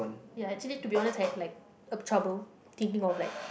ya actually to be honest I like up trouble thinking of like